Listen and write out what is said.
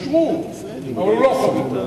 אושרו, אבל הוא לא חתם.